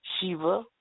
Shiva